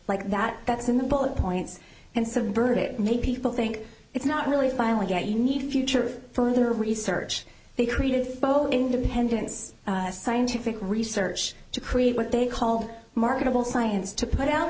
like that that's in the bullet points and subvert it make people think it's not really finally get you need future further research they created both independence scientific research to create what they call marketable science to put out